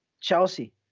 Chelsea